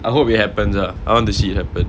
I hope it happens lah I want to see it happen